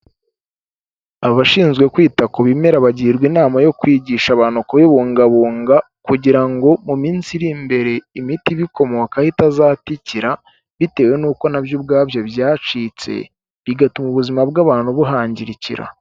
Abashinzwe kwita ku bimera bagirwa inama yo kwigisha abantu kubibungabunga kugira ngo mu minsi iri imbere imiti ibikomokaho itazatikira, bitewe n'uko na byo ubwabyo byacitse, bigatuma ubuzima bw'abantu buhangirikira.